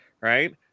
right